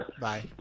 Bye